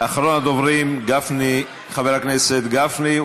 אחרון הדוברים, חבר הכנסת גפני.